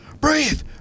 breathe